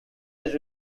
their